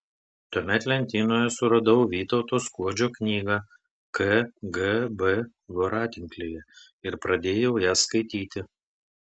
tuomet lentynoje suradau vytauto skuodžio knygą kgb voratinklyje ir pradėjau ją skaityti